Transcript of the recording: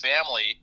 family